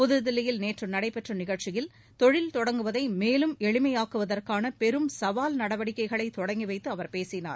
புதுதில்லியில் நேற்று நடைபெற்ற நிகழ்ச்சியில் தொழில் தொடங்குவதை மேலம் எளிமையாக்குவதற்கான பெரும் சவால் நடவடிக்கைகளை தொடங்கி வைத்து அவர் பேசினார்